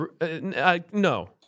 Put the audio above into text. no